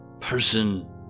person